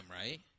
right